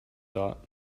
thought